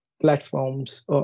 platforms